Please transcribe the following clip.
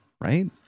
right